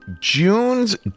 June's